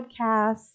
Podcasts